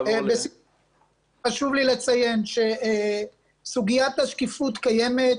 חשוב לי לציין שסוגיית השקיפות קיימת,